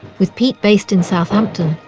with pete based in southampton,